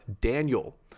Daniel